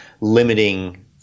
limiting